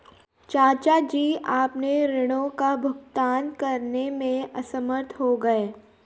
चाचा जी अपने ऋणों का भुगतान करने में असमर्थ हो गए